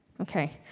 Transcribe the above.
Okay